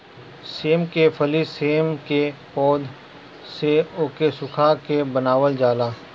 सेम के फली सेम के पौध से ओके सुखा के बनावल जाला